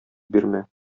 бирмә